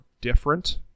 different